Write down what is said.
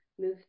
move